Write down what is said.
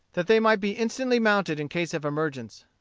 that they might be instantly mounted in case of emergence.